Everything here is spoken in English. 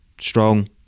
strong